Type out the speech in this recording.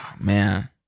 man